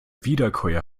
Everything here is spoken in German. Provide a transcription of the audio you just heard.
wiederkäuer